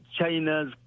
China's